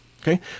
Okay